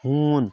ہوٗن